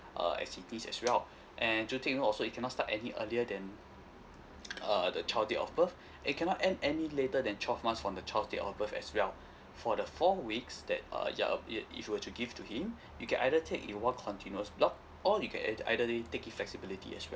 uh as well and do take note also it cannot start any earlier than uh the child date of birth and it can not end any later than twelve months from the child's date of birth as well for the four weeks that uh you're uh i~ if you were to give to him you can either take in one continuous block or you can either ideally take it flexibility as well